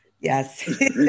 Yes